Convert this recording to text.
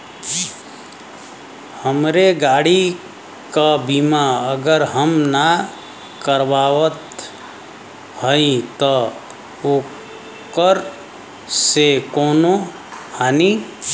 हमरे गाड़ी क बीमा अगर हम ना करावत हई त ओकर से कवनों हानि?